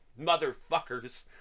motherfuckers